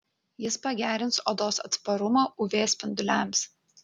jis pagerins odos atsparumą uv spinduliams